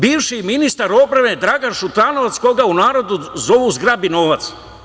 Bivši ministar odbrane Dragan Šutanovac, koga u narodu zovu „zgrabi novac“